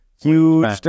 huge